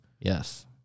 Yes